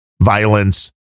violence